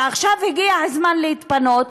ועכשיו הגיע הזמן להתפנות,